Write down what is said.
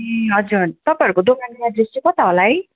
ए हजुर तपाईँहरूको दोकानको एड्रेस चाहिँ कता होला है